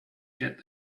get